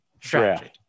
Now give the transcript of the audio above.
strategy